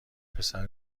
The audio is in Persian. پسر